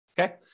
Okay